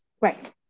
right